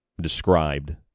described